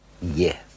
yes